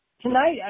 Tonight